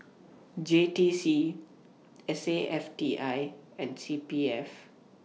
J T C S A F T I and C P F